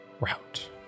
route